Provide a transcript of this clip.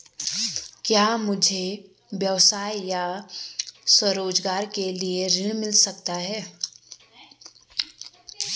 क्या मुझे व्यवसाय या स्वरोज़गार के लिए ऋण मिल सकता है?